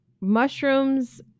mushrooms